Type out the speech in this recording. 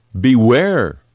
beware